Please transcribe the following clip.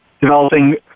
developing